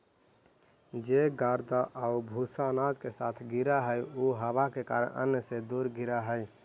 जे गर्दा आउ भूसा अनाज के साथ गिरऽ हइ उ हवा के कारण अन्न से दूर गिरऽ हइ